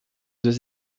deux